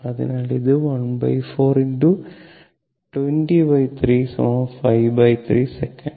അതിനാൽ ഇത് 14 203 53 സെക്കൻഡ്